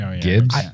Gibbs